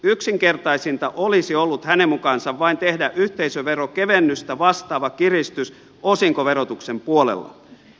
yksinkertaisinta olisi ollut hänen mukaansa vain tehdä yhteisöverokevennystä vastaava kiristys osinkoverotuksen puolella